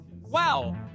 Wow